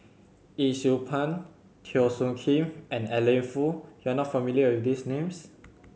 Yee Siew Pun Teo Soon Kim and Adeline Foo you are not familiar with these names